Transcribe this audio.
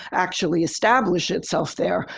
actually establish itself there.